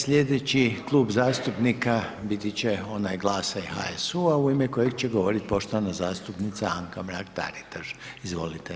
Slijedeći klub zastupnika biti će onaj GLAS-a i HSU-a, u ime kojeg će govorit poštovana zastupnica Anka Mrak-Taritaš, izvolite.